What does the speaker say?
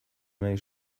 nahi